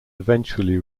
eventually